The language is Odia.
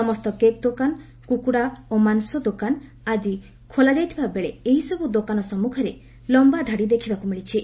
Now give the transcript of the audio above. ସମସ୍ତ କେକ୍ ଦୋକାନ କୁକୁଡା ଓ ମାଂସ ଦୋକାନ ଆଜି ଖୋଲାଯାଇଥିବାବେଳେ ଏହିସବୁ ଦୋକାନ ସମ୍ମୁଖରେ ଲମ୍ବା ଧାଡି ଦେଖିବାକୁ ମିଳିଛି